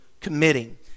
committing